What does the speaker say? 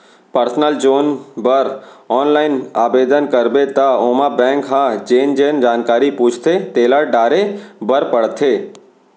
personal जोन बर online आबेदन करबे त ओमा बेंक ह जेन जेन जानकारी पूछथे तेला डारे बर परथे